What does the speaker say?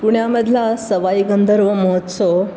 पुण्यामधला Sawai Gandharva Mahotsav